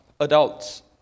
Adults